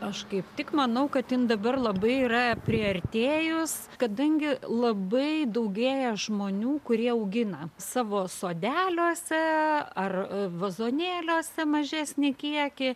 aš kaip tik manau kad jin dabar labai yra priartėjus kadangi labai daugėja žmonių kurie augina savo sodeliuose ar vazonėliuose mažesnį kiekį